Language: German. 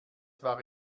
war